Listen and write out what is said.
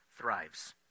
thrives